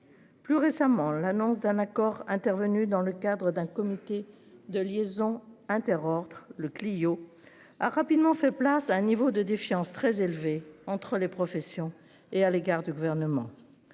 Plus récemment, l'annonce d'un accord intervenu dans le cadre d'un comité de liaison inter-ordres le Clio a rapidement fait place à un niveau de défiance très élevé entre les professions et à l'égard du gouvernement.